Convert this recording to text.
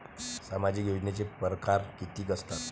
सामाजिक योजनेचे परकार कितीक असतात?